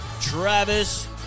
Travis